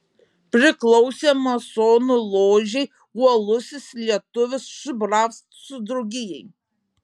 priklausė masonų ložei uolusis lietuvis šubravcų draugijai